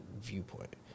viewpoint